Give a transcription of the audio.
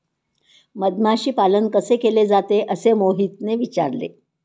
मधमाशी पालन कसे केले जाते? असे मोहितने विचारले